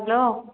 hello